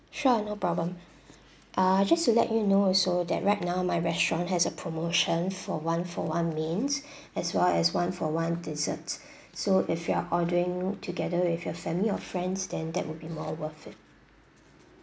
sure no problem uh just to let you know also that right now my restaurant has a promotion for one for one mains as well as one for one dessert so if you're ordering together with your family or friends then that would be more worth it